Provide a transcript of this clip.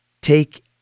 take